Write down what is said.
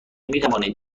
میتوانید